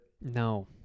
No